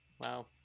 Wow